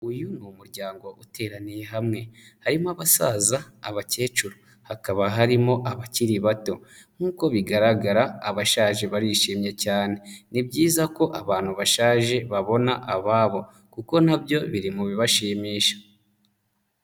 Uyu ni uryango uteraniye hamwe, harimo abasaza, abakecuru, hakaba harimo abakiri bato, nk'uko bigaragara abashaje barishimye cyane, ni byiza ko abantu bashaje babona ababo kuko na byo biri mu bibashimisha.